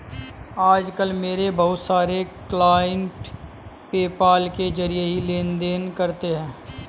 आज कल मेरे बहुत सारे क्लाइंट पेपाल के जरिये ही लेन देन करते है